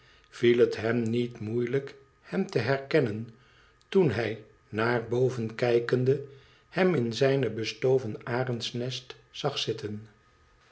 viel het hem niet moeielijk hem te herkennen toen hij naar boven kijkendcy hem in zijn bestoven arendsnest zag zitten